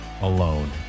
alone